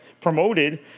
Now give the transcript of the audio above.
promoted